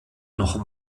noch